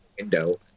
window